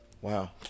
wow